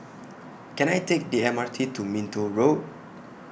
Can I Take The M R T to Minto Road